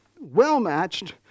well-matched